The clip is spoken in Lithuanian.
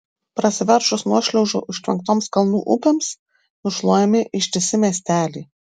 prasiveržus nuošliaužų užtvenktoms kalnų upėms nušluojami ištisi miesteliai